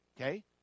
Okay